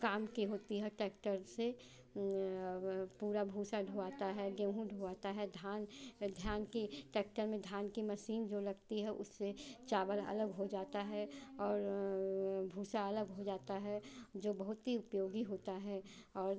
काम की होती है टैक्टर से पूरा भूंसा ढोआता है गेहूँ ढोआता है धान धान की ट्रैक्टर में धान की मसीन जो लगती है उससे चावल अलग हो जाता है और भूसा अलग हो जाता है जो बहुत ही उपयोगी होता है और